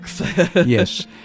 Yes